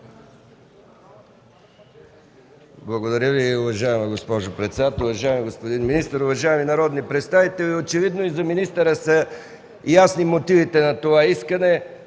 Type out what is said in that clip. Благодаря Ви, уважаема госпожо председател. Уважаеми господин министър, уважаеми народни представители! Очевидно и за министъра са ясни мотивите на това искане.